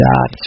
God